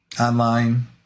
online